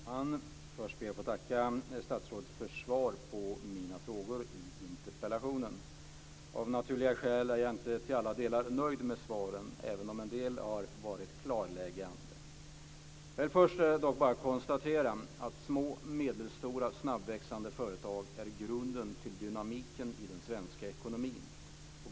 Fru talman! Först ber jag att få tacka statsrådet för svaret på mina frågor i interpellationen. Av naturliga skäl är jag inte till alla delar nöjd med svaren, även om en del har varit klarläggande. Först vill jag bara konstatera att små och medelstora, snabbväxande företag är grunden för dynamiken i den svenska ekonomin.